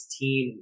team